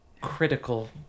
critical